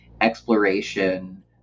exploration